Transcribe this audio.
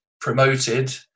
promoted